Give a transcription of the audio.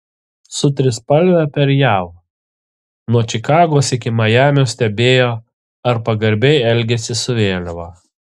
su trispalve per jav nuo čikagos iki majamio stebėjo ar pagarbiai elgiasi su vėliava